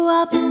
up